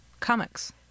comics